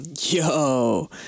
Yo